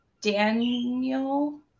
Daniel